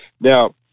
Now